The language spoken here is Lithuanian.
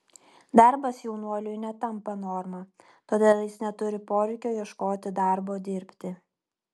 darbas jaunuoliui netampa norma todėl jis neturi poreikio ieškoti darbo dirbti